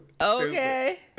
Okay